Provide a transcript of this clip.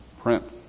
print